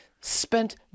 spent